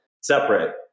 separate